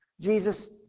Jesus